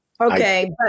Okay